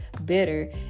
better